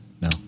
No